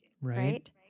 right